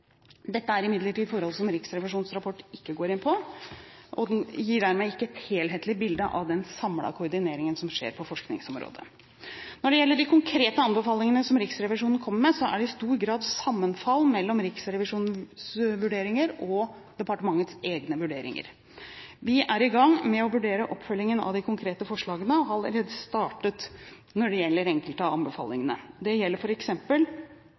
Dette er imidlertid forhold som Riksrevisjonens rapport ikke går inn på, og den gir dermed ikke et helhetlig bilde av den samlede koordineringen som skjer på forskningsområdet. Når det gjelder de konkrete anbefalingene som Riksrevisjonen kommer med, er det i stor grad sammenfall mellom Riksrevisjonens vurderinger og departementets egne vurderinger. Vi er i gang med å vurdere oppfølgingen av de konkrete forslagene og har allerede startet oppfølging når det gjelder enkelte av anbefalingene. Det gjelder